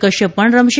કશ્યપ પણ રમશે